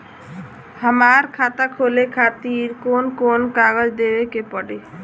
हमार खाता खोले खातिर कौन कौन कागज देवे के पड़ी?